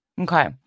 Okay